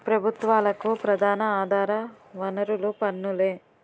ప్రభుత్వాలకు ప్రధాన ఆధార వనరులు పన్నులే